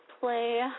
play